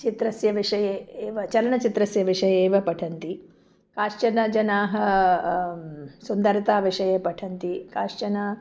चित्रस्य विषये एव चलनचित्रस्य विषये एव पठन्ति कश्चन जनाः सुन्दरताविषये पठन्ति कश्चन